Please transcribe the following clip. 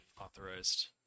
authorized